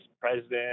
president